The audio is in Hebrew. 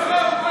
לא.